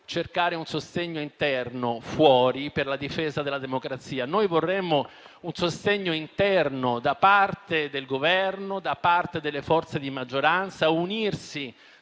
cercare un sostegno esterno per la difesa della democrazia. Noi vorremmo un sostegno interno da parte del Governo e delle forze di maggioranza, per unirsi